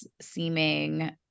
seeming